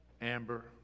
Amber